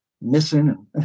missing